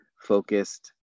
focused